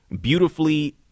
beautifully